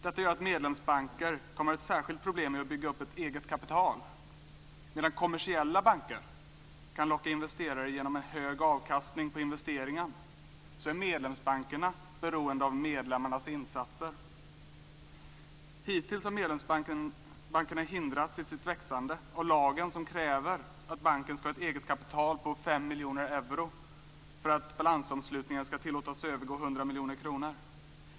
Detta gör att medlemsbanker har ett särskilt problem med att bygga upp ett eget kapital. Medan kommersiella banker kan locka investerare genom en hög avkastning på investeringar är medlemsbankerna beroende av medlemmarnas insatser. Hittills har medlemsbankerna hindrats i sitt växande av lagen som kräver att banken ska ha ett eget kapital på 5 miljoner euro för att balansomslutningen ska tillåtas övergå 100 miljoner kronor.